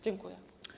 Dziękuję.